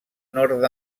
nord